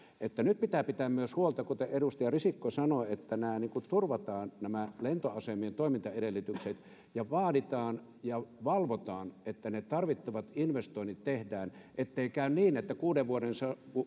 nyt pitää pitää huolta myös siitä kuten edustaja risikko sanoi että turvataan nämä lentoasemien toimintaedellytykset ja vaaditaan ja valvotaan että ne tarvittavat investoinnit tehdään ettei käy niin että kuuden